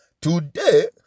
Today